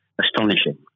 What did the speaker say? astonishing